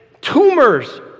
tumors